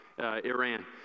Iran